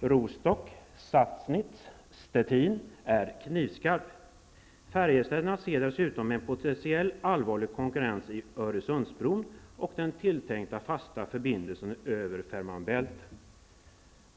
Rostock, Sassnitz och Stettin, är knivskarp. Färjestäderna ser dessutom en potentiellt allvarlig konkurrens i Öresundsbron och den tilltänkta fasta förbindelsen över Femer Bælt.